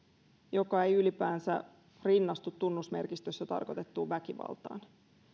joka ei ylipäänsä rinnastu tunnusmerkistössä tarkoitettuun väkivaltaan